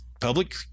public